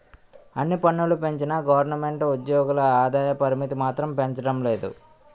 అన్ని పన్నులూ పెంచిన గవరమెంటు ఉజ్జోగుల ఆదాయ పరిమితి మాత్రం పెంచడం లేదు